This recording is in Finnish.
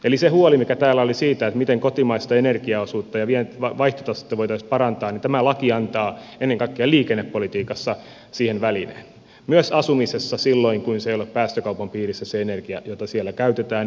eli kun täällä oli huoli siitä miten kotimaista energiaosuutta ja vaihtotasetta voitaisiin parantaa niin tämä laki antaa ennen kaikkea liikennepolitiikassa siihen välineet myös asumisessa silloin kun se energia ei ole päästökaupan piirissä jota siellä käytetään